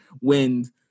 Wind